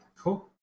cool